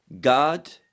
god